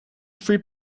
three